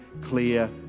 clear